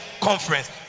conference